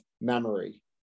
memory